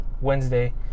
Wednesday